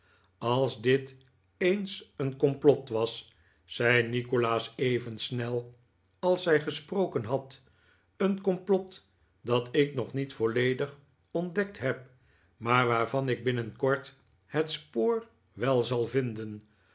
als dit eens een complot was zei nikolaas even snel als zij gesproken had een complot dat ik nog niet volledig ontdekt heb maar waarvan ik binnenkort het spoor wel zal vinden